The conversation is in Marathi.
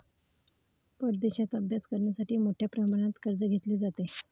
परदेशात अभ्यास करण्यासाठी मोठ्या प्रमाणात कर्ज घेतले जाते